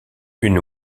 une